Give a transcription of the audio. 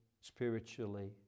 spiritually